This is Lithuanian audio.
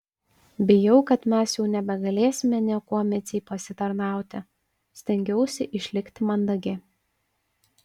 bijau kad mes jau nebegalėsime niekuo micei pasitarnauti stengiausi išlikti mandagi